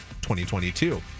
2022